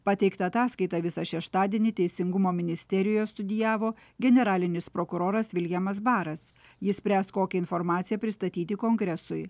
pateiktą ataskaitą visą šeštadienį teisingumo ministerijoje studijavo generalinis prokuroras viljamas baras jis spręs kokią informaciją pristatyti kongresui